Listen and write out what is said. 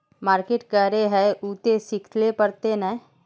Market करे है उ ते सिखले पड़ते नय?